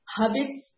habits